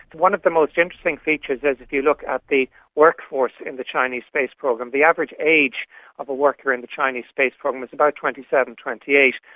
one of the most interesting features is if you look at the workforce in the chinese space program, the average age of a worker in the chinese space program is about twenty seven, twenty eight.